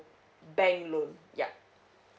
bank loan yup